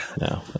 No